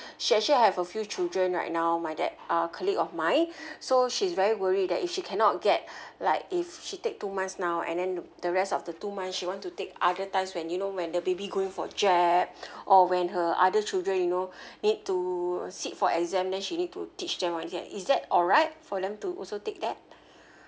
she actually have a few children right now my that uh colleague of mine so she's very worried that if she cannot get like if she take two months now and then the rest of the two month she wants to take other times when you know when the baby going for jab or when her other children you know need to sit for exam then she need to teach them all that is that alright for them to also take that